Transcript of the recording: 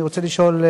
אני רוצה לשאול,